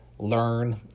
learn